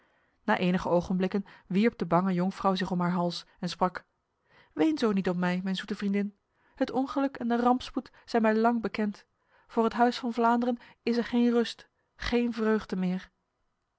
na enige ogenblikken wierp de bange jonkvrouw zich om haar hals en sprak ween zo niet om mij mijn zoete vriendin het ongeluk en de rampspoed zijn mij lang bekend voor het huis van vlaanderen is er geen rust geen vreugde meer